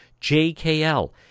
JKL